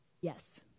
Yes